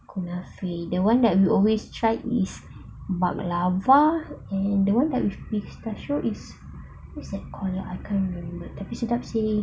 kunafe the one that we always try is baklava and the one that with the special is what's that called uh I can't remember tapi sedap seh